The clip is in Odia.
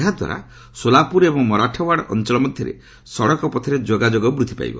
ଏହାଦ୍ୱାରା ସୋଲାପୁର ଏବଂ ମରାଠାଓ୍ୱାଡ଼ା ଅଞ୍ଚଳ ମଧ୍ୟରେ ସଡ଼କ ପଥରେ ଯୋଗାଯୋଗ ବୃଦ୍ଧି ପାଇବ